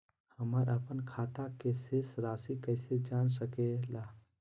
हमर अपन खाता के शेष रासि कैसे जान सके ला?